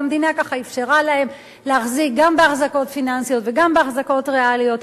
והמדינה ככה אפשרה להם להחזיק גם באחזקות פיננסיות וגם באחזקות ריאליות.